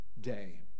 day